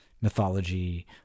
mythology